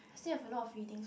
still have a lot of readings